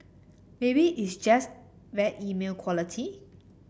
maybe it's just bad email quality